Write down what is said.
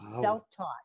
self-taught